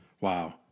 Wow